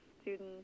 students